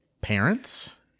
Parents